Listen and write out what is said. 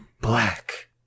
Black